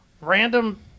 random